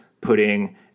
putting